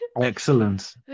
Excellent